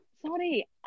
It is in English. Sorry